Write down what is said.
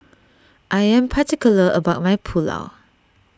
I am particular about my Pulao